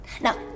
Now